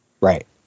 Right